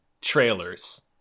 trailers